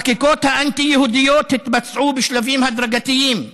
החקיקות האנטי-יהודיות התבצעו בשלבים הדרגתיים.